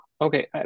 okay